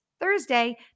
Thursday